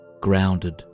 grounded